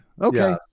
Okay